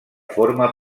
forma